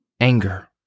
Anger